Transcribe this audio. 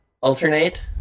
alternate